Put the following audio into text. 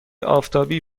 آفتابی